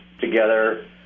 together